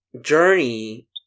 journey